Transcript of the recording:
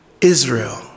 Israel